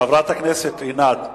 חברת הכנסת עינת וילף,